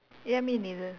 ya me neither